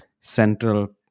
central